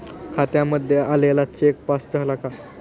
खात्यामध्ये आलेला cheque pass झाला का?